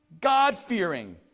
God-fearing